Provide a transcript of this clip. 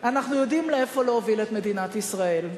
אנחנו יודעים לאיפה להוביל את מדינת ישראל.